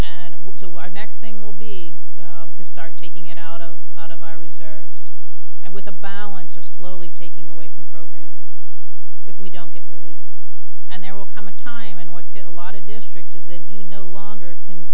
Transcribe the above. and so our next thing will be to start taking it out of out of our reserves and with a balance of slowly taking away from programming if we don't get relief and there will come a time in what a lot of districts is then you no longer can